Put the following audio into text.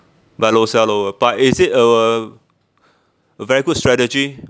buy low sell low ah but is it a a very good strategy